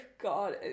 God